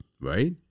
Right